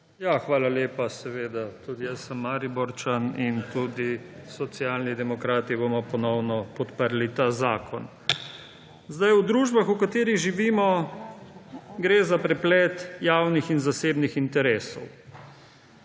Hvala lepa. Tudi jaz sem Mariborčan in tudi Socialni demokrati bomo ponovno podprli ta zakon. V družbah, v katerih živimo, gre za preplet javnih in zasebnih interesov.